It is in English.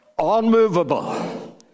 unmovable